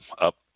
up